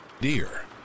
deer